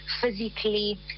physically